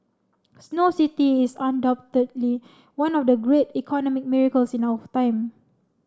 Snow City is undoubtedly one of the great economic miracles in our time